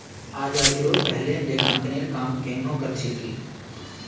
आज़ादीरोर पहले लेखांकनेर काम केन न कर छिल की